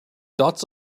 dots